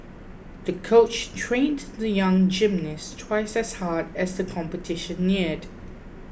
the coach trained the young gymnast twice as hard as the competition neared